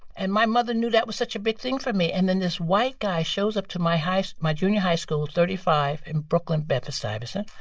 and my mother knew that was such a big thing for me. and then this white guy shows up to my high my junior high school at thirty five in brooklyn bedford-stuyvesant.